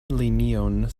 linion